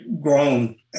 grown